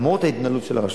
למרות ההתנהלות של הרשות.